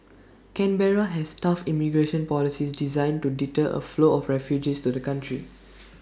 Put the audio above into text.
Canberra has tough immigration policies designed to deter A flow of refugees to the country